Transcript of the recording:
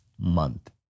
month